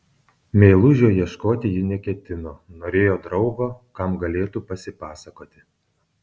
meilužio ieškoti ji neketino norėjo draugo kam galėtų pasipasakoti